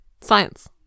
Science